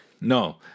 No